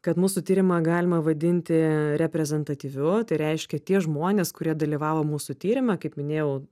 kad mūsų tyrimą galima vadinti reprezentatyviu tai reiškia tie žmonės kurie dalyvavo mūsų tyrime kaip minėjau